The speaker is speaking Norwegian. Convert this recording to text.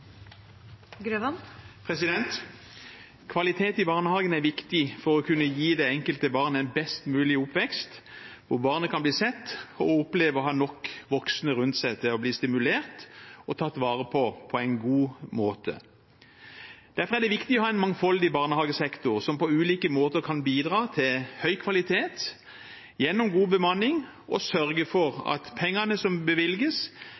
viktig for å kunne gi det enkelte barn en best mulig oppvekst, der barnet kan bli sett og kan oppleve å ha nok voksne rundt seg til å bli stimulert og tatt vare på på en god måte. Derfor er det viktig å ha en mangfoldig barnehagesektor, som på ulike måter kan bidra til høy kvalitet gjennom god bemanning og sørge for at pengene som bevilges,